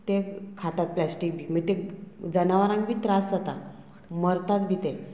ते खातात प्लास्टीक बी मागीर ते जनावरांक बी त्रास जाता मरतात बी ते